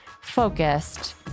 focused